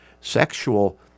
sexual